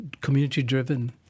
community-driven